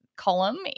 column